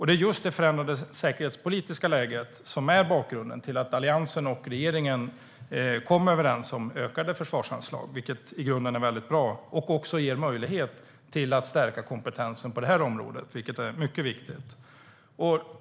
Det är just det förändrade säkerhetspolitiska läget som är bakgrunden till att Alliansen och regeringen kom överens om ökade försvarsanslag, vilket i grunden är bra och också ger möjlighet till att stärka kompetensen på det här området. Det är mycket viktigt.